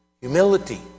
Humility